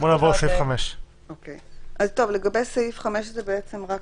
בואו נעבור לסעיף 5. לגבי סעיף 5 זו בעצם רק